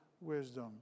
wisdom